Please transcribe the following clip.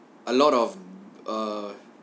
a lot of err